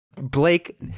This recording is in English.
blake